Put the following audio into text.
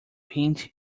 paint